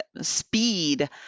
speed